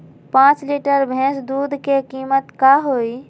पाँच लीटर भेस दूध के कीमत का होई?